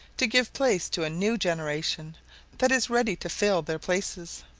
to give place to a new generation that is ready to fill their places.